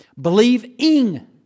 Believe-ing